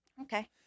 Okay